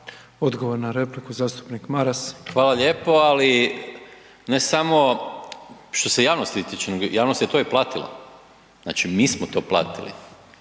Odgovor na repliku zastupnik Maras. **Maras, Gordan (SDP)** Hvala lijepo, ali ne samo što se javnosti tiče, nego javnost je to i platila, znači mi smo to platili